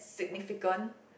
significant